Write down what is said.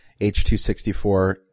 H.264